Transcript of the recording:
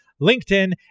LinkedIn